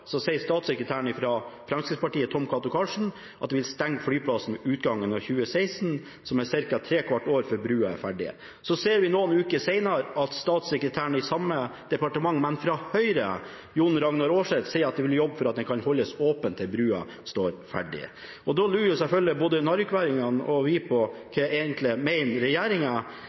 statssekretæren fra Fremskrittspartiet, Tom Cato Karlsen, at de vil stenge flyplassen ved utgangen av 2016, som er ca. trekvart år før brua er ferdig. Så ser vi noen uker senere at statssekretæren i samme departement, men fra Høyre, John-Ragnar Aarset, sier at de vil jobbe for at den kan holdes åpen til brua står ferdig. Da lurer selvfølgelig både narvikværingene og vi på